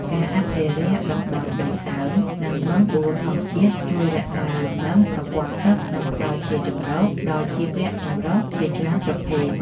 ការអភិរក្សតំបន់ដីសើម និងបឹងបួធម្មជាតិជួយរក្សាលំនឹងប្រព័ន្ធទឹក និងផ្ដល់ជាជម្រកដល់ជីវចម្រុះជាច្រើនប្រភេទ។